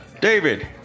David